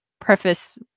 preface